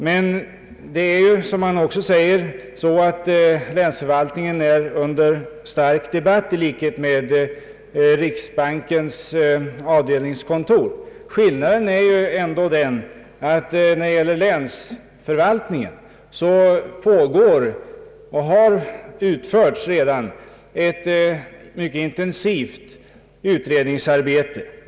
Men som han också sade är ju länsförvaltningen föremål för stark debatt liksom också riksbankens avdelningskontor. Skillnaden är den att det beträffande länsförvaltningen pågår och redan utförts ett mycket intensivt utredningsarbete.